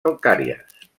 calcàries